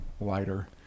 lighter